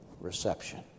reception